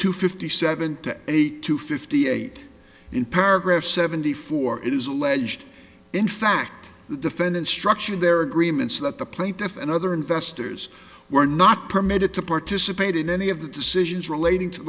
two fifty seven to eight to fifty eight in paragraph seventy four it is alleged in fact the defendant structured their agreement so that the plaintiff and other investors were not permitted to participate in any of the decisions relating to